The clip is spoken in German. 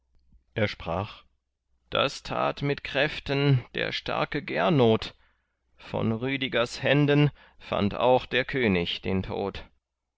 er sprach das tat mit kräften der starke gernot von rüdigers händen fand auch der könig den tod